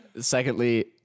Secondly